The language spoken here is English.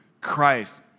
Christ